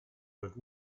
with